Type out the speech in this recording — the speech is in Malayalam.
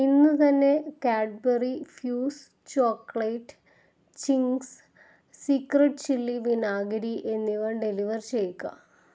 ഇന്ന് തന്നെ Cadbury fuse chocolate Ching's secret chilli വിനാഗിരി എന്നിവ ഡെലിവർ ചെയ്യുക